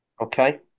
Okay